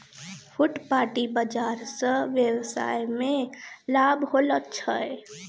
फुटपाटी बाजार स वेवसाय मे लाभ होलो छै